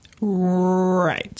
Right